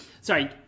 sorry